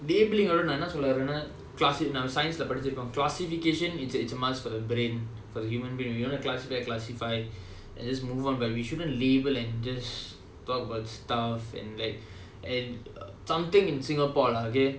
labelling ஓட நான் என்ன சொல்ல வேறென்னா:oda naan enna solla veraennaa classification it's it's a must for the brain for the human brain you you wanna classify classify and just move on but we shouldn't label and just talk about stuff and like and something in singapore lah okay